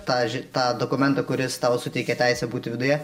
tą ž tą dokumentą kuris tau suteikė teisę būti viduje